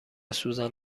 سوزن